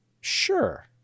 Sure